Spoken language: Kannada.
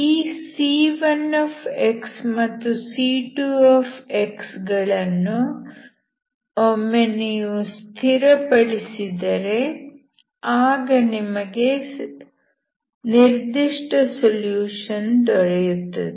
ಈ c1x ಮತ್ತು c2x ಗಳನ್ನು ಒಮ್ಮೆ ನೀವು ಸ್ಥಿರಪಡಿಸಿದರೆ ಆಗ ನಿಮಗೆ ನಿರ್ದಿಷ್ಟ ಸೊಲ್ಯೂಷನ್ ದೊರೆಯುತ್ತದೆ